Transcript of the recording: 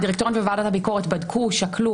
הדירקטוריון וועדת הביקורת בדקו ושקלו